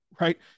right